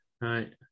Right